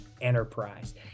Enterprise